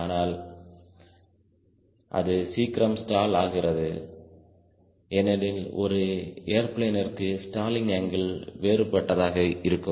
ஆனால் அது சீக்கிரம் ஸ்டால் ஆகிறதுஏனெனில் ஒரு ஏரோப்ளேன்ற்கு ஸ்டாலிங் அங்கிள் வேறுபட்டதாக இருக்கும்